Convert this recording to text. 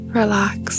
relax